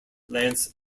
lance